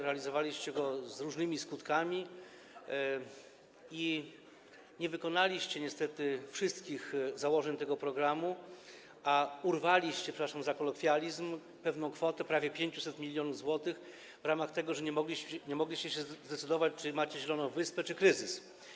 Realizowaliście go z różnymi skutkami i nie wykonaliście niestety wszystkich założeń tego programu, a urwaliście, przepraszam za kolokwializm, pewną kwotę, prawie 500 mln zł, w ramach tego, że nie mogliście się zdecydować, czy macie zieloną wyspę, czy kryzys.